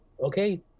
okay